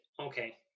okay